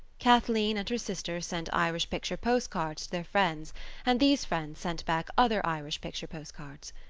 kathleen and her sister sent irish picture postcards to their friends and these friends sent back other irish picture postcards.